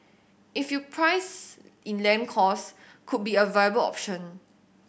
if you price in land cost could be a viable option